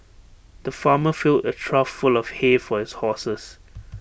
the farmer filled A trough full of hay for his horses